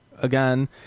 Again